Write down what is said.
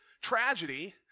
tragedy